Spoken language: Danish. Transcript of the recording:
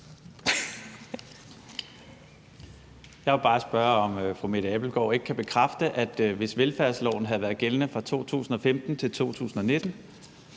Jeg vil bare spørge, om fru Mette Abildgaard ikke kan bekræfte, at hvis velfærdsloven havde været gældende fra 2015 til 2019,